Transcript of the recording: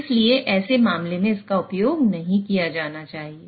इसलिए ऐसे मामले में इसका उपयोग नहीं किया जाना चाहिए